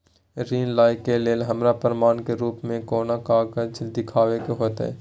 ऋण लय के लेल हमरा प्रमाण के रूप में कोन कागज़ दिखाबै के होतय?